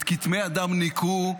את כתמי הדם ניקו,